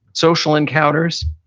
social encounters.